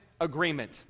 agreement